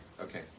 Okay